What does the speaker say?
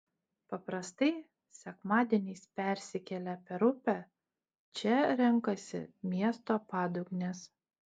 paprastai sekmadieniais persikėlę per upę čia renkasi miesto padugnės